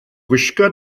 gwisga